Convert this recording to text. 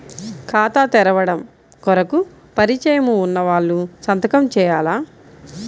ఖాతా తెరవడం కొరకు పరిచయము వున్నవాళ్లు సంతకము చేయాలా?